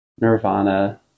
nirvana